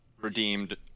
redeemed